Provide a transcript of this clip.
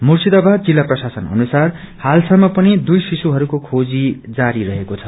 मुर्शिदाबाद जिल्ल प्रशासन अनुसार हाल सम्म पनि दुइ शिशुहरूको खेजी जारी रहेको छ